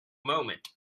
moment